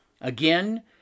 Again